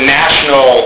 national